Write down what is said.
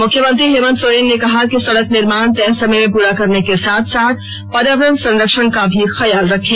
मुख्यमंत्री हेमंत सोरेन ने कहा कि सड़क निर्माण तय समय में पूरा करने के साथ साथ पर्यावरण संरक्षण का भी ख्याल रखें